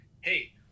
Hey